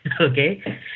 Okay